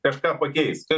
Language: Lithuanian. kažką pakeis